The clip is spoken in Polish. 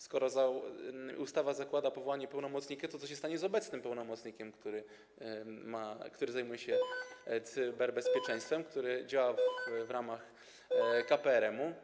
Skoro ustawa zakłada powołanie pełnomocnika, to co się stanie z obecnym pełnomocnikiem, który zajmuje się cyberbezpieczeństwem, który działa w ramach KPRM-u?